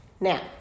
Now